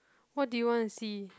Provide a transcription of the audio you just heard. what do you want to see